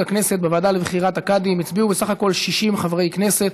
הכנסת בוועדה לבחירת הקאדים: הצביעו בסך הכול 60 חברי כנסת,